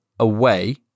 away